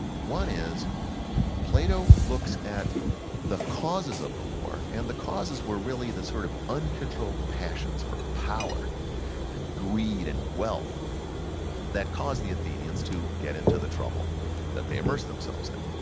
one is plato looks at the causes of the war, and the causes were really the sort of uncontrolled passions for power and greed and wealth that caused the athenians to get into the trouble that they immersed themselves in.